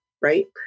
right